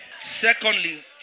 Secondly